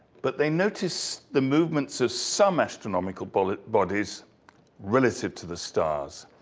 but they notice the movements of some astronomical bodies bodies relative to the stars.